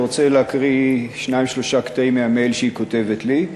אני רוצה להקריא שניים-שלושה קטעים מהמייל שהיא כותבת לי,